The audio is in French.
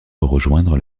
rejoindre